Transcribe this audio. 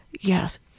yes